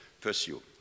pursue